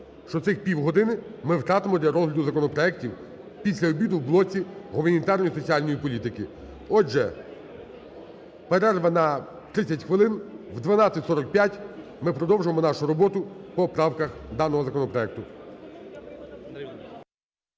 що цих півгодини ми втратимо для розгляду законопроектів після обіду в блоці гуманітарної і соціальної політики. Отже, перерва на 30 хвилин. О 12:45 ми продовжимо нашу роботу по правках даного законопроекту.